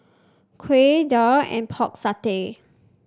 Kuih Daal and Pork Satay